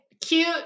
cute